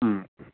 ꯎꯝ